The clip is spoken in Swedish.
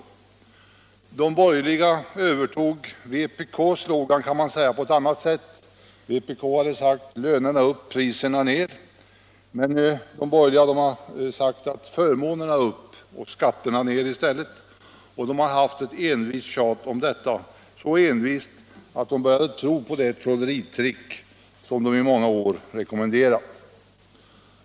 Man kan säga att de borgerliga övertog vpk:s slogan, men på ett annat sätt. Vpk hade sagt lönerna upp, priserna ner, men de borgerliga sade i stället förmånerna upp, skatterna ner. De har envist tjatat om detta, så envist att de började tro på det trolleritrick som de i många år rekommenderat.